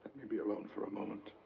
me be alone for a moment.